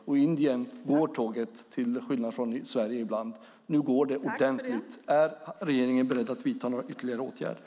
I Indien går tåget till skillnad mot vad som är fallet i Sverige ibland. Nu går det ordentligt. Är regeringen beredd att vidta några ytterligare åtgärder?